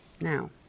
Now